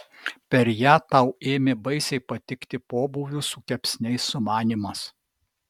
per ją tau ėmė baisiai patikti pobūvių su kepsniais sumanymas